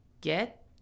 get